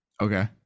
Okay